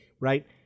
right